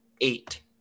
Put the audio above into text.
eight